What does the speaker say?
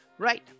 Right